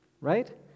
right